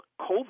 COVID